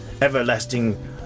everlasting